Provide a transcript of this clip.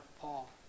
Paul